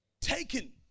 taken